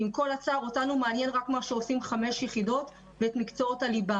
אותנו מעניין רק מה שעושים חמש יחידות ואת מקצועות הליבה".